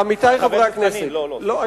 עמיתי חברי הכנסת, חבר הכנסת חנין, לא, לא.